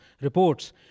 reports